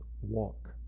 walk